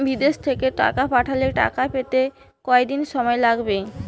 বিদেশ থেকে টাকা পাঠালে টাকা পেতে কদিন সময় লাগবে?